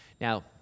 Now